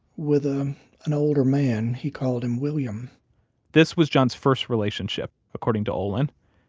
with ah an older man. he called him william this was john's first relationship, according to olin.